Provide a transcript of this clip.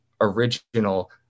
original